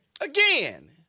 again